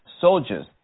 soldiers